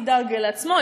ידאג לעצמו,